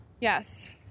Yes